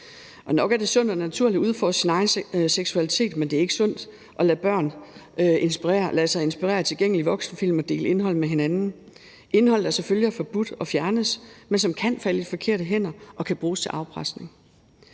Nok er det sundt og naturligt at udforske sin egen seksualitet, men det er ikke sundt at lade børn lade sig inspirere af tilgængelige voksenfilm og dele indhold med hinanden – indhold, der selvfølgelig er forbudt og fjernes, men som kan falde i de forkerte hænder og kan bruges til afpresning.